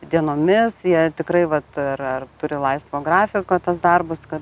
dienomis jie tikrai vat ar turi laisvo grafiko tuos darbus ka